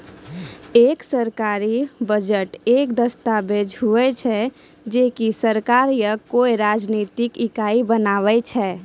एक सरकारी बजट एक दस्ताबेज हुवै छै जे की सरकार या कोय राजनितिक इकाई बनाय छै